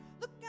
look